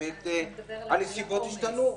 שבאמת הנסיבות השתנו.